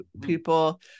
people